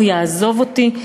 הוא יעזוב אותי.